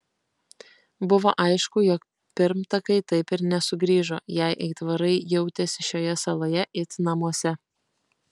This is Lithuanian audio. buvo aišku jog pirmtakai taip ir nesugrįžo jei aitvarai jautėsi šioje saloje it namuose